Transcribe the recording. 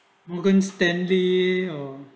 morgan stanley or